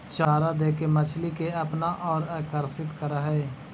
चारा देके मछली के अपना औउर आकर्षित करऽ हई